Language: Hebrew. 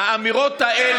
מה זה לא משנה?